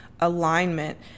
alignment